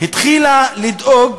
התחילה לדאוג,